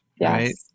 right